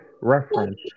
reference